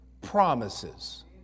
promises